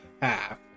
half